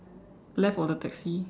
left of the taxi